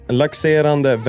laxerande